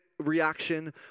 reaction